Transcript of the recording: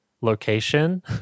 location